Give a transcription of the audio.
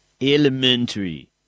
Elementary